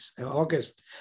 August